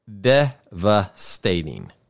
Devastating